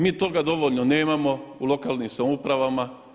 Mi toga dovoljno nemamo u lokalnim samoupravama.